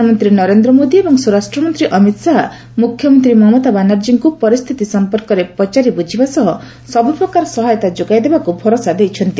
ପ୍ରଧାନମନ୍ତ୍ରୀ ନରେନ୍ଦ୍ର ମୋଦି ଏବଂ ସ୍ୱରାଷ୍ଟ୍ର ମନ୍ତ୍ରୀ ଅମିତ ଶାହା ମୁଖ୍ୟମନ୍ତ୍ରୀ ମମତା ବାନାର୍ଜୀଙ୍କୁ ପରିସ୍ଥିତି ସଂପର୍କରେ ପଚାରି ବୁଝିବା ସହ ସବୁପ୍ରକାର ସହାୟତା ଯୋଗାଇଦେବାକୁ ଭରଦା ଦେଇଛନ୍ତି